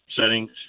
settings